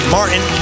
Martin